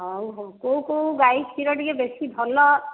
ହଉ ହଉ କେଉଁ କେଉଁ ଗାଈ କ୍ଷୀର ଟିକିଏ ବେଶୀ ଭଲ